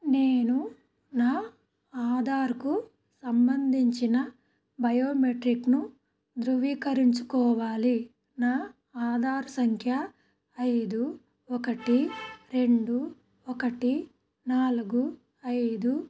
నేను నా ఆధార్కు సంబంధించిన బయోమెట్రిక్ను ధృవీకరించుకోవాలి నా ఆధార్ సంఖ్య ఐదు ఒకటి రెండు ఒకటి నాలుగు ఐదు